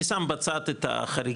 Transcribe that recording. אני שם בצד את החריגים,